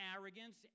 arrogance